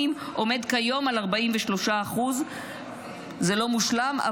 עומד כיום על 43%. זה לא מושלם,